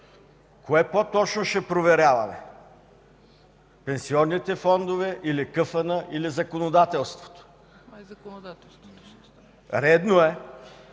кое по-точно ще проверяваме – пенсионните фондове или КФН, или законодателството? Редно е